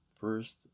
First